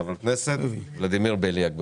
חבר הכנסת ולדימיר בליאק,